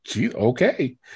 Okay